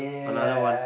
another one